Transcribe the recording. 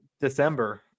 December